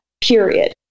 period